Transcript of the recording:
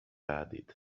added